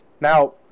Now